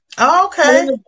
Okay